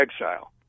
exile